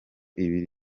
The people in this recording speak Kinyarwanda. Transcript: ibiri